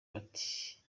bati